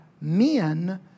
men